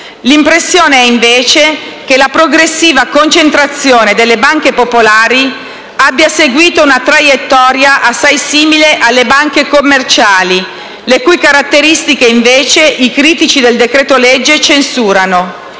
L'impressione è, invece, che la progressiva concentrazione delle banche popolari abbia seguito una traiettoria assai simile alle banche commerciali, le cui caratteristiche, invece, i critici del decreto-legge censurano.